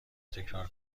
تکرار